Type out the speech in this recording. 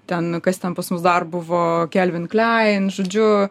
ten kas ten pas mus dar buvo calvin klein žodžiu